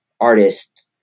artist